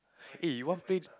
eh you want play